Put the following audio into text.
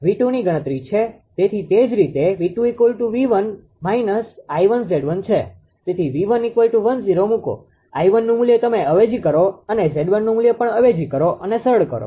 તેથી તે જ રીતે 𝑉2 𝑉1 − 𝐼1𝑍1 છે તેથી 𝑉11∠0 મુકો 𝐼1નુ મૂલ્ય તમે અવેજી કરો અને 𝑍1નુ મુલ્ય પણ અવેજી કરો અને સરળ કરો